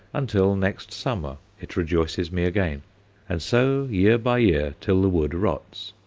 until next summer it rejoices me again and so, year by year, till the wood rots.